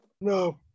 No